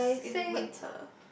I think